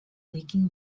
leaking